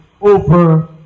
over